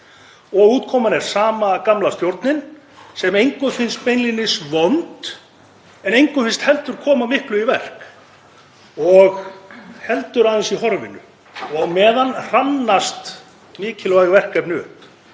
og útkoman er sama gamla stjórnin sem engum finnst beinlínis vond en engum finnst heldur koma miklu í verk og heldur aðeins í horfinu. Á meðan hrannast mikilvæg verkefni upp.